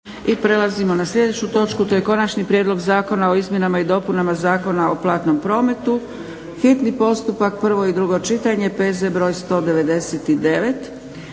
I prelazimo na sljedeću točku to je - Konačni prijedlog Zakona o izmjenama i dopunama zakona o platnom prometu, hitni postupak, prvo i drugo čitanje, PZ br. 199